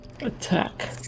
Attack